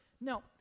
No